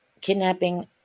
kidnapping